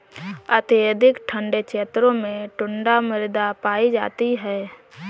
अत्यधिक ठंडे क्षेत्रों में टुण्ड्रा मृदा पाई जाती है